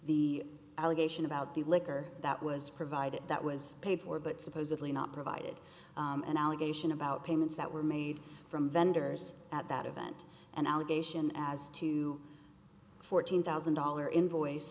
the allegation about the liquor that was provided that was paid for but supposedly not provided an allegation about payments that were made from vendors at that event and allegation as to fourteen thousand dollar invoice